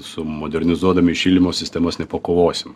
su modernizuodami šildymo sistemas nepakovosim